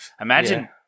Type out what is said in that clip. Imagine